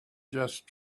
just